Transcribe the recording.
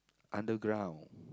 underground